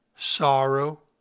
Sorrow